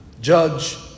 judge